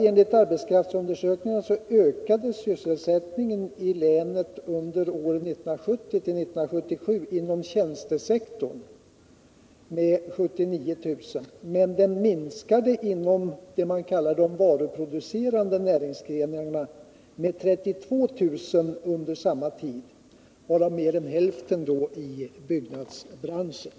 Enligt arbetskraftsundersökningarna ökade sysselsättningen i länet under åren 1970-1977 inom tjänstesektorn med 79 000, medan den under samma tid minskade med 32 000 i de s.k. varuproducerande näringsgrenarna. Mer än hälften av denna minskning drabbade byggnadsbranschen.